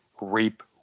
reap